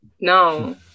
No